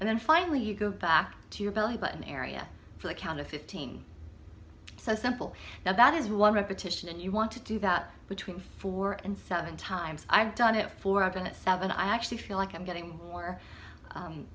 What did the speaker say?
and then finally you go back to your belly button area for a count of fifteen so simple now that is one repetition and you want to do that between four and seven times i've done it for i've been at seven i actually feel like i'm getting more